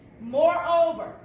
Moreover